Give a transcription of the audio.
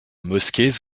mosquées